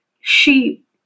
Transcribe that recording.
sheep